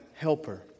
helper